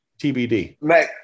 TBD